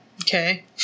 Okay